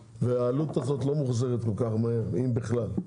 והעלות הזאת לא מוחזרת כל כך מהר, אם בכלל.